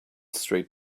straight